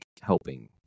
helping